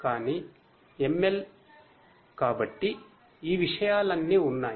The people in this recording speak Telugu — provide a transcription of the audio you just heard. కానీ ML కాబట్టి ఈ విషయాలన్నీ ఉన్నాయి